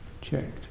checked